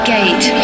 Gate